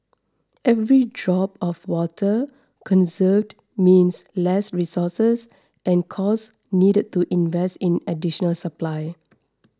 every drop of water conserved means less resources and costs needed to invest in additional supply